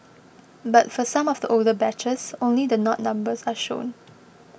but for some of the older batches only the not numbers are shown